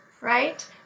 right